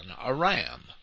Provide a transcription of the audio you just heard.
Aram